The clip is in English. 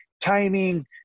timing